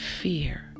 fear